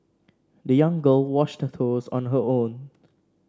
the young girl washed her shoes on her own